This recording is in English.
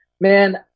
Man